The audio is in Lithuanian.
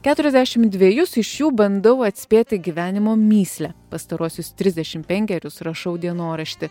keturiasdešim dvejus iš jų bandau atspėti gyvenimo mįslę pastaruosius trisdešim penkerius rašau dienoraštį